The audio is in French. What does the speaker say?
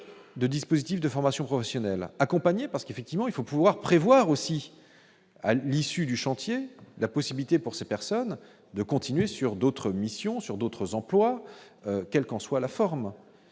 de dispositifs de formation professionnelle accompagné parce qu'effectivement, il faut pouvoir prévoir aussi, à l'issue du chantier, la possibilité pour ces personnes de continuer sur d'autres missions sur d'autres emplois, quelle qu'en soit la forme